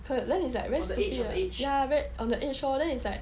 her then is like very stupid lah ya very on the edge lor then it's like